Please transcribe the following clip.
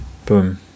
Boom